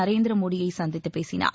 நரேந்திர மோடியை சந்தித்துப் பேசினார்